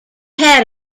had